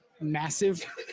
massive